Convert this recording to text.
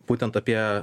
būtent apie